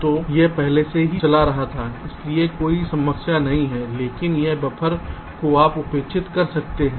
तो यह पहले से ही चला रहा था इसलिए कोई समस्या नहीं है लेकिन यह बफर को आप उपेक्षित कर सकते हैं